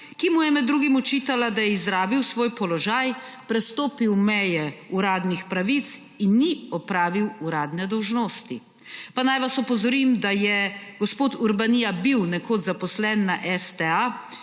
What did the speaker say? ki mu je med drugim očitala, da je izrabil svoj položaj, prestopil meje uradnih pravic in ni opravil uradne dolžnosti, pa naj vas opozorim, da je gospod Urbanija bil nekoč zaposlen na STA